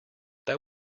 that